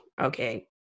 okay